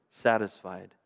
satisfied